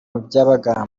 byabagamba